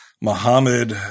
Mohammed